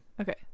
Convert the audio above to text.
Okay